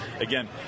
Again